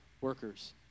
workers